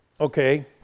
Okay